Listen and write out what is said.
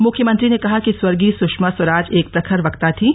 मुख्यमंत्री ने कहा कि स्वर्गीय सुषमा स्वराज एक प्रखर वक्ता थीं